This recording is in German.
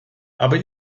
aber